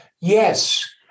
yes